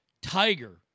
tiger